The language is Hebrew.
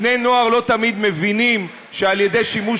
בני-נוער לא תמיד מבינים שעל-ידי שימוש